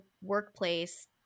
workplace